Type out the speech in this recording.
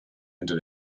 hinter